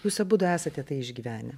jūs abudu esate tai išgyvenę